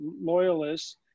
Loyalists